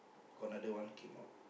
got another came out